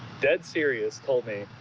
dead serious, told me,